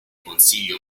consiglio